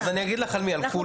אני אגיד לך על מי הוא חל.